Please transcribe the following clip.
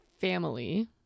family